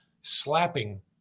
slapping